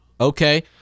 Okay